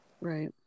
right